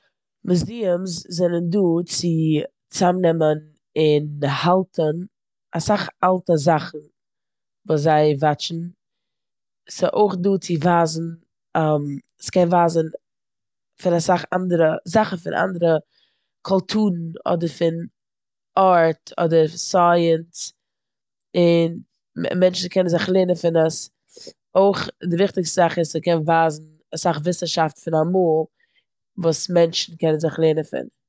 מוזיומס זענען דא צו צאמנעמן און האלטן אסאך אלטע זאכן וואס זיי וואטשן. ס'אויך דא צו ווייזן ס'קען ווייזן פון אסאך אנדערע- זאכן פון אנדערע קולטורן און ארט אדער סייענס און מ- מענטשן קענען זיך לערנען פון עס. אויך די וויכטיגסטע זאך איז ס'קען ווייזן אסאך וואוסנשאפט פון אמאל וואס מענטשן קענען זיך לערנען פון.